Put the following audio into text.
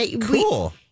cool